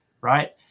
right